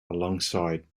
alongside